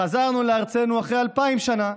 חזרנו לארצנו אחרי אלפיים שנה,